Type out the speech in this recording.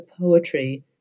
poetry